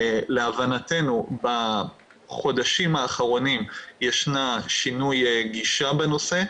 להבנתנו בחודשים האחרונים יש שינוי גישה בנושא,